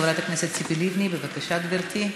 חברת הכנסת ציפי לבני, בבקשה, גברתי.